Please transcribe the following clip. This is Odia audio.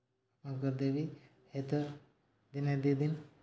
ନଗଦ ଦେବି ହୁଏତ ଦିନେ ଦୁଇ ଦିନ